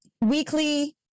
weekly